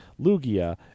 Lugia